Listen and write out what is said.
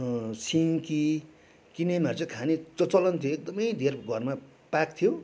सिन्की किनेमाहरू चाहिँ खाने चलन थियो एकदमै धेर घरमा पाक्थ्यो